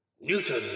Newton